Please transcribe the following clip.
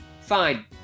Fine